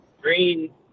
Green